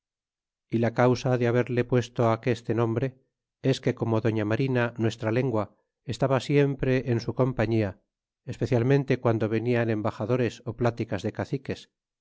y la causa de haberle puesto aqueste nombre es que como doña marina nuestra lengua estaba siempre en su compañía especialmente guando venian embaxadores ó pláticas de caciques